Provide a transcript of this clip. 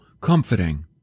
comforting